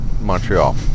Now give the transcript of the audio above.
Montreal